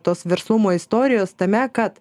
tos verslumo istorijos tame kad